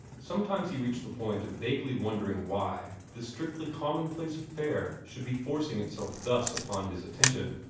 sometimes he reached the point of vaguely wondering why this strictly commonplace affair should be forcing itself thus upon his attention.